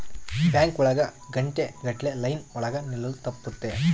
bank ಒಳಗ ಗಂಟೆ ಗಟ್ಲೆ ಲೈನ್ ಒಳಗ ನಿಲ್ಲದು ತಪ್ಪುತ್ತೆ